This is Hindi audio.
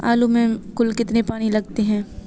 आलू में कुल कितने पानी लगते हैं?